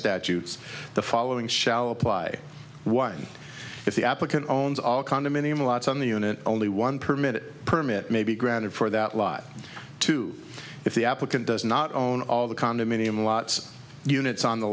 statutes the following shall apply one the applicant owns all condominium lots on the unit only one permit permit may be granted for that live two if the applicant does not own all the condominium lots units on the